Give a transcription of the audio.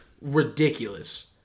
Ridiculous